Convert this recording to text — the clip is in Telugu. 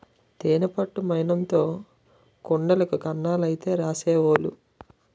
తేనె పట్టు మైనంతో కుండలకి కన్నాలైతే రాసేవోలు